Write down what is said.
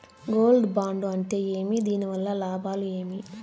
Gold bond అంటే ఏమి? దీని వల్ల లాభాలు ఏమి?